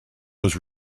was